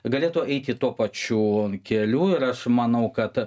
galėtų eiti tuo pačiu keliu ir aš manau kad